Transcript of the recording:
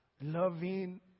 Loving